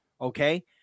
Okay